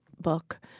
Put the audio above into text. book